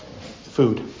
food